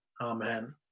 amen